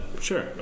Sure